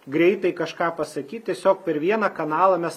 greitai kažką pasakyt tiesiog per vieną kanalą mes